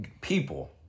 people